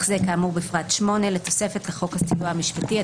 זה כאמור בפרט 8 לתוספת לחוק הסיוע המשפטי,